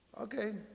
Okay